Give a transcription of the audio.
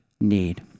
need